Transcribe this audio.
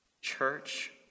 Church